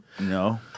No